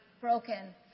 broken